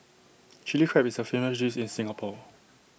Chilli Crab is A famous dish in Singapore